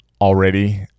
already